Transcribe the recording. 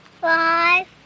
five